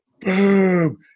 Boom